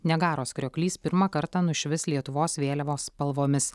niagaros krioklys pirmą kartą nušvis lietuvos vėliavos spalvomis